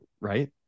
right